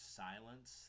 silence